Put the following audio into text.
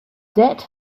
debt